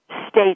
states